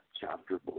chapter